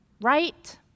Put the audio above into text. right